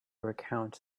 recount